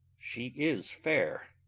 she is fair